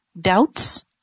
doubts